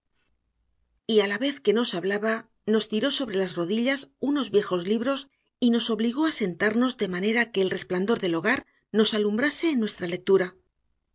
a la vez que nos hablaba nos tiró sobre las rodillas unos viejos libros y nos obligó a sentarnos de manera que el resplandor del hogar nos alumbrase en nuestra lectura